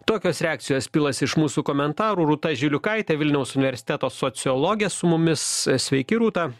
tokios reakcijos pilasi iš mūsų komentarų rūta žiliukaitė vilniaus universiteto sociologė mumis sveiki rūta